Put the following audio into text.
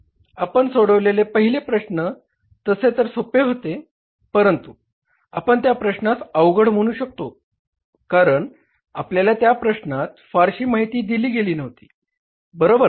आपण सोडवले पहिले प्रश्न तसे तर सोपे होते परंतु आपण त्या प्रश्नास अवघड म्हणू शकतो कारण आपल्याला त्या प्रश्नात फारशी माहिती दिली गेली नव्हती बरोबर